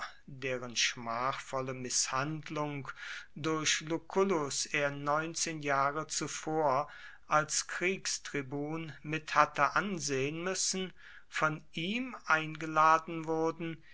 deren schmachvolle mißhandlung durch lucullus er neunzehn jahre zuvor als kriegstribun mit hatte ansehen müssen von ihm eingeladen wurden